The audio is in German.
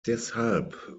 deshalb